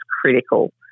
critical